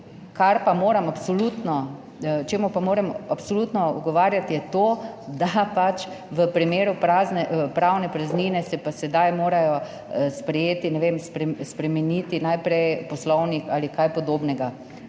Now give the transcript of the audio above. Kar pa moram absolutno, čemur pa moram absolutno ugovarjati je to, da pač v primeru pravne praznine se pa sedaj morajo sprejeti, ne vem, spremeniti najprej Poslovnik ali kaj podobnega.